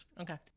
Okay